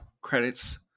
credits